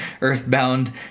Earthbound